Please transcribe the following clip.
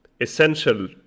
essential